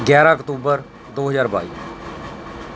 ਗਿਆਰਾਂ ਅਕਤੂਬਰ ਦੋ ਹਜ਼ਾਰ ਬਾਈ